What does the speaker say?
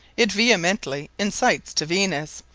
it vehemently incites to venus,